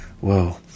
whoa